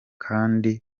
kandi